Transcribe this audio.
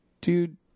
dude